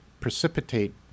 precipitate